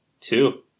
Two